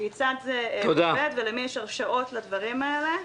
כיצד זה עובד ולמי יש הרשאות לדברים האלה?